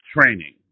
training